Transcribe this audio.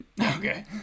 Okay